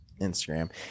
Instagram